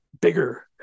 bigger